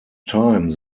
time